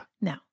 No